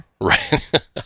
Right